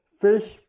fish